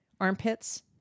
Armpits